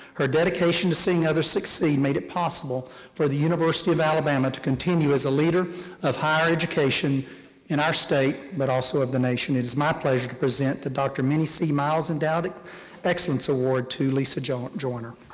her dedication to seeing others succeed made it possible for the university of alabama to continue as a leader of higher education in our state, but also of the nation. it is my pleasure to present the dr. minnie c. miles endowed excellence award to lisa joyner. well